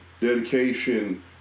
dedication